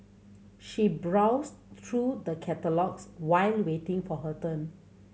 she browsed through the catalogues while waiting for her turn